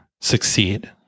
succeed